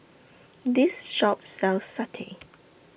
This Shop sells Satay